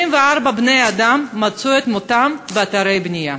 34 בני-אדם מצאו את מותם באתרי בנייה.